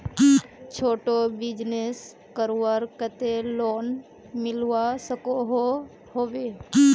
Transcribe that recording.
छोटो बिजनेस करवार केते लोन मिलवा सकोहो होबे?